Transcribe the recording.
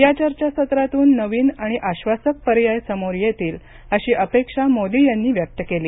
या चर्चासत्रातून नवीन आणि आश्वासक पर्याय समोर येतील अशी अपेक्षा मोदी यांनी व्यक्त केली